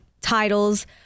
titles